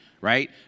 right